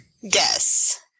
Yes